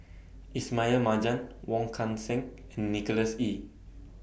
Ismail Marjan Wong Kan Seng and Nicholas Ee